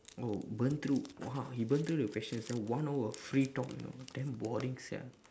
oh burn through !wah! he burn through the questions then one hour of free talk you know damn boring sia